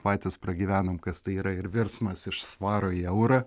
patys pragyvenom kas tai yra ir virsmas iš svaro į eurą